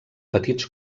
petits